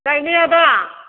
गायनाया दा